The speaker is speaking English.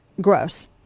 gross